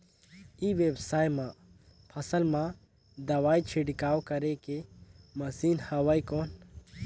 ई व्यवसाय म फसल मा दवाई छिड़काव करे के मशीन हवय कौन?